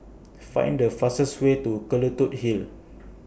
Find The fastest Way to Hill